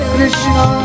Krishna